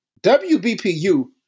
WBPU